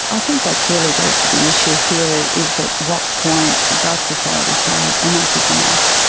i think that's really the the issue here, is at what point does society say enough is enough.